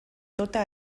tota